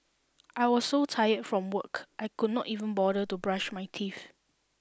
I was so tired from work I could not even bother to brush my teeth